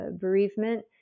bereavement